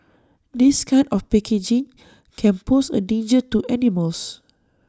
this kind of packaging can pose A danger to animals